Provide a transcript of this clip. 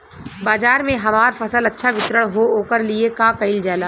बाजार में हमार फसल अच्छा वितरण हो ओकर लिए का कइलजाला?